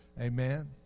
Amen